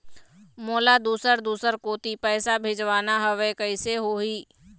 मोला दुसर दूसर कोती पैसा भेजवाना हवे, कइसे होही?